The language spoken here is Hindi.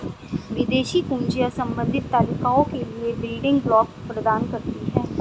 विदेशी कुंजियाँ संबंधित तालिकाओं के लिए बिल्डिंग ब्लॉक प्रदान करती हैं